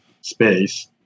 space